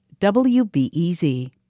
WBEZ